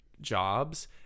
jobs